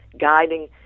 guiding